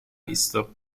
visto